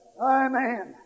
Amen